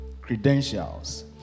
Credentials